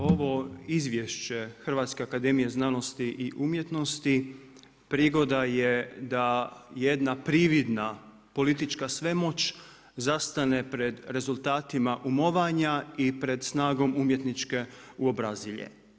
Ovo Izvješće Hrvatske akademije znanosti i umjetnosti prigoda je da jedna prividna politička svemoć zastane pred rezultatima umovanja i pred snagom umjetničke uobrazilje.